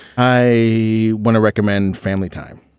i want to recommend family time,